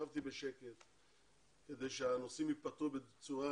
ישבתי בשקט כדי שהנושאים ייפתרו בצורה